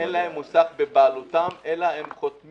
שאין להם מוסך בבעלותם אלא הם חותמים